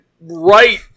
right